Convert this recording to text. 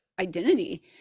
identity